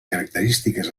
característiques